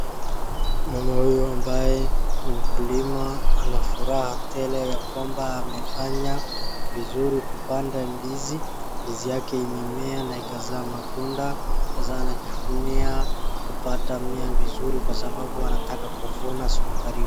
Mama huyu ambaye ni mkulima ana furaha tele ya kwamba amefanya vizuri kupanda ndizi. Ndizi yake imemea na ikazaa matunda, sasa anajivunia, kupata mia vizuri kwa sababu anataka kuvuna siku karibu.